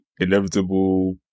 inevitable